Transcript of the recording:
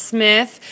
Smith